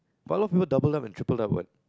but a lot of people doubled up and tripled up what